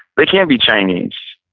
they can't be chinese.